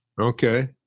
Okay